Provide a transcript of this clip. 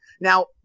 Now